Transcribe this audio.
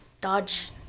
dodge